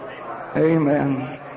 amen